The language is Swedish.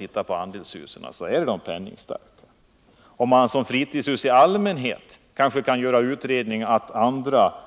När det gäller fritidshus i allmänhet kan man kanske vid utredningar komma fram till att även andra än penningstarka